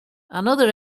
another